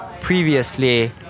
previously